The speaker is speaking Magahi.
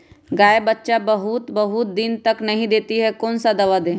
गाय बच्चा बहुत बहुत दिन तक नहीं देती कौन सा दवा दे?